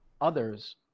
others